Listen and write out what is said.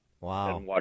Wow